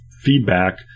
feedback